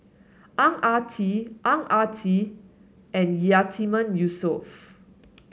Ang Ah Tee Ang Ah Tee and Yatiman Yusof